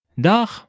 Dag